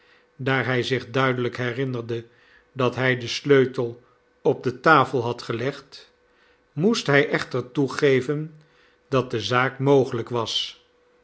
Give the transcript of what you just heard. daar hij zich duidelijk herinnerde dat hij den sleutel op de tafel had gelegd moest hij echter toegeven dat de zaak mogelijk was